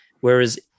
Whereas